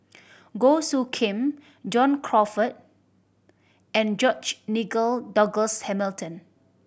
Goh Soo Khim John Crawfurd and George Nigel Douglas Hamilton